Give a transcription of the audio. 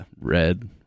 Red